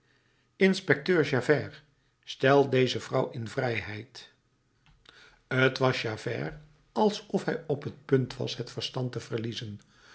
inspecteur javert stel deze vrouw in vrijheid t was javert alsof hij op t punt was het verstand te verliezen